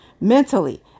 mentally